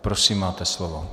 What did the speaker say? Prosím máte slovo.